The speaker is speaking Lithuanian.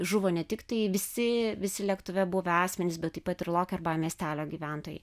žuvo ne tiktai visi visi lėktuve buvę asmenys bet taip pat ir lokerbai miestelio gyventojai